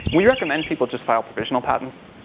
we recommend people just file provisional patents.